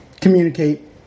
communicate